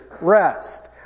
rest